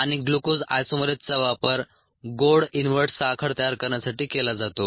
आणि ग्लूकोज आइसोमरेजचा वापर गोड इनव्हर्ट साखर तयार करण्यासाठी केला जातो